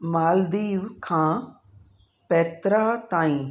मालदीव खां पैत्रा ताईं